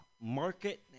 Market